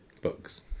books